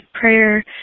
prayer